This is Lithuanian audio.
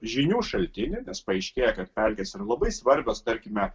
žinių šaltinį nes paaiškėja kad pelkės yra labai svarbios tarkime